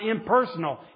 impersonal